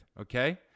okay